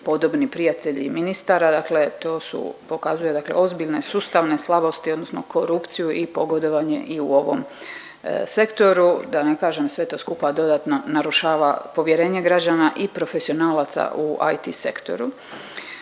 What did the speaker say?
podobni prijatelji ministara, dakle to su, pokazuje dakle ozbiljne sustavne slabosti odnosno korupciju i pogodovanje i u ovom sektoru, da ne kažem sve to skupa dodatno narušava povjerenje građana i profesionalaca u IT sektoru.